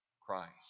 Christ